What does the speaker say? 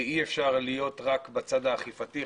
כי אי אפשר להיות רק בצד האכיפתי,